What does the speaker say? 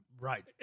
Right